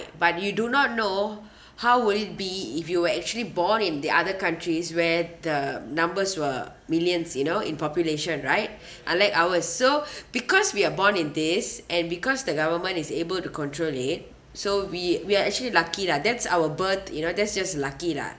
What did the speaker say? but you do not know how would it be if you were actually born in the other countries where the numbers were millions you know in population right unlike ours so because we are born in this and because the government is able to control it so we we are actually lucky lah that's our birth you know that's just lucky lah